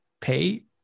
pay